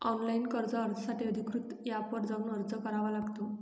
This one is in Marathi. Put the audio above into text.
ऑनलाइन कर्ज अर्जासाठी अधिकृत एपवर जाऊन अर्ज करावा लागतो